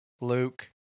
Luke